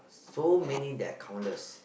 so many they are countless